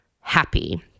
happy